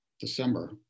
December